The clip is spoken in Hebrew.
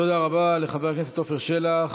תודה רבה לחבר הכנסת עפר שלח.